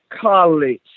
college